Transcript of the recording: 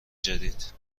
جدید